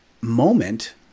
moment